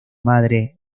madre